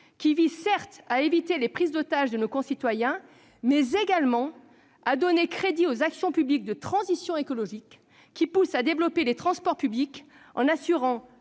qui visent certes à éviter les prises d'otages de nos concitoyens, mais également à donner crédit aux actions publiques de transition écologique, qui poussent à développer les transports publics en assurant